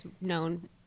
known